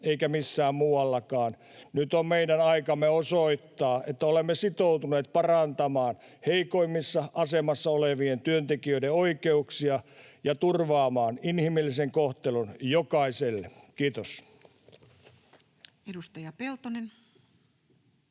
eikä missään muuallakaan. Nyt on meidän aikamme osoittaa, että olemme sitoutuneet parantamaan heikoimmassa asemassa olevien työntekijöiden oikeuksia ja turvaamaan inhimillisen kohtelun jokaiselle. — Kiitos. Edustaja Peltonen.